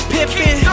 Pippen